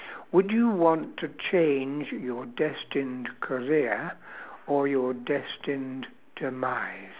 would you want to change your destined career or your destined demise